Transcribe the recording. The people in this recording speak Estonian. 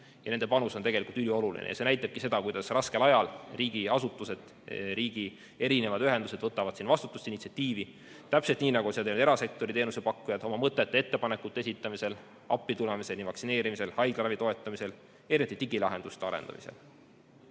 Nende panus on ülioluline. See näitabki seda, kuidas raskel ajal riigiasutused ja riigi ühendused võtavad vastutust ja initsiatiivi, täpselt nii, nagu seda teeb erasektori teenusepakkuja oma mõtete ja ettepanekute esitamisel, appitulemiseni vaktsineerimisel, haiglaravi toetamisel, eriti digilahenduste arendamisel.